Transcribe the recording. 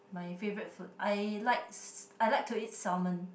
my favorite food I likes I like to eat salmon